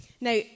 Now